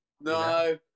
No